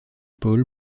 people